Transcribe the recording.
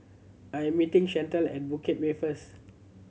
I am meeting Chantelle at Bukit Way first